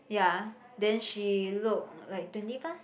ya then she look like twenty plus